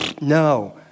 No